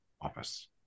office